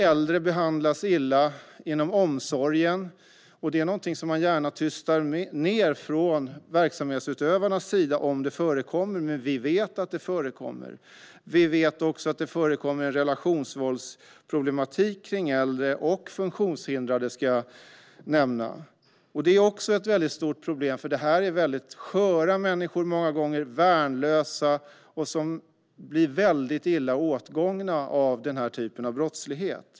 Äldre behandlas illa inom omsorgen. Om våld förekommer är det något som gärna tystas ned från verksamhetsutövarnas sida. Vi vet att det förekommer. Vi vet också att det förekommer problem med relationsvåld mot äldre, och även funktionshindrade ska nämnas. Det är också ett stort problem. Det handlar många gånger om sköra och värnlösa människor. De blir illa åtgångna av den typen av brottslighet.